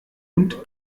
und